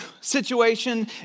situation